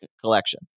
collection